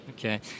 Okay